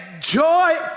joy